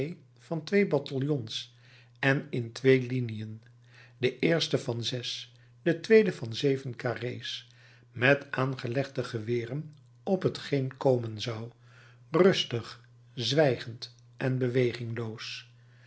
van twee bataljons en in twee liniën de eerste van zes de tweede van zeven carré's met aangelegde geweren op t geen komen zou rustig zwijgend en